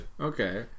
Okay